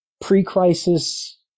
pre-crisis